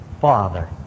father